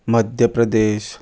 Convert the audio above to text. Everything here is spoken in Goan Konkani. मध्य प्रदेश